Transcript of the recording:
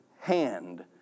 hand